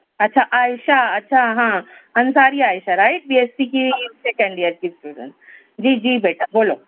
اچھا عائشہ اچھا ہاں Ansari Ayesha right B S C کی سیکنڈ ایر کی اسٹوڈنٹس جی جی بیٹا بولو